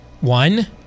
one